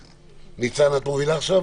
הצבעה הרוויזיה לא אושרה.